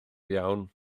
iawn